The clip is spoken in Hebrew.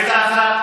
מזה הזדעזעת?